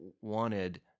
wanted